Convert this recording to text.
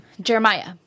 Jeremiah